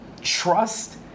trust